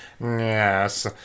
Yes